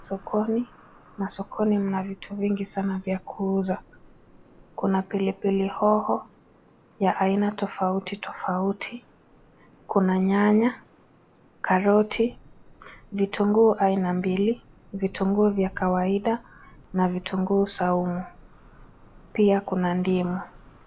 Sokoni, na sokoni mna vitu mingi sana vya kuuza. Kuna pilipili hoho ya aina tofauti tofauti, kuna nyanya , karoti, vitunguu aina mbili, vitunguu vya kawaida na vitunguu saumu. Pia kuna ndimu.